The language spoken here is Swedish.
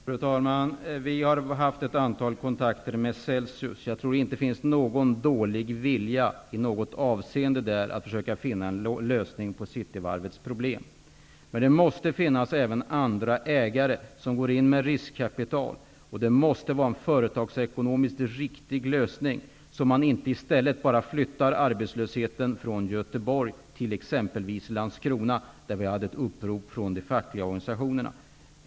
Fru talman! Vi har haft ett antal kontakter med Celsius. Jag tror inte att det finns någon dålig vilja i något avseende därifrån att försöka finna en lösning på Cityvarvets problem. Men det måste finnas även andra ägare som går in med riskkapital. Och det måste vara en företagsekonomiskt riktig lösning, så att man inte i stället bara flyttar arbetslösheten från Göteborg till exempelvis Landskrona, varifrån man har gjort ett upprop från de fackliga organisationerna.